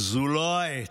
זו לא העת.